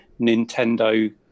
Nintendo